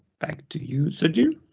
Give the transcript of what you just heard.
back to you said you.